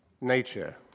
Nature